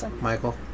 Michael